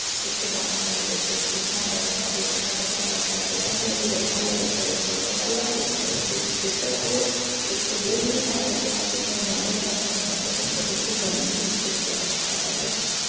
उसके बाद में उस बच्चे को उठना बैठना जो करना है सिखाया जाता है तो पहला जो विद्यालय होता है उसका उसका परिवार ही होता है उसको जब तक वो एक बोलने लायक या फिर कहीं जाने लायक नहीं हो जाता तब तक उसको घर में ही शिक्षित किया जाता है पहली बात